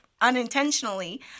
unintentionally